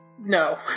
no